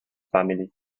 family